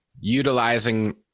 utilizing